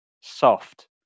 Soft